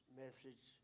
message